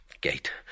gate